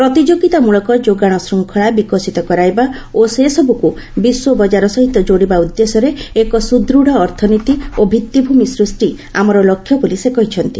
ପ୍ରତିଯୋଗିତାମୂଳକ ଯୋଗାଣ ଶୃଙ୍ଖଳା ବିକଶିତ କରାଇବା ଓ ସେସବୁକୁ ବିଶ୍ୱ ବଜାର ସହିତ ଯୋଡିବା ଉଦ୍ଦେଶ୍ୟରେ ଏକ ସୁଦୂତ ଅର୍ଥନୀତି ଓ ଭିଭିଭିମି ସୃଷ୍ଟି ଆମର ଲକ୍ଷ୍ୟ ବୋଲି ସେ କହିଛନ୍ତି